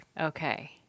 Okay